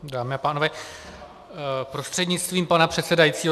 Dámy a pánové, prostřednictvím pana předsedajícího.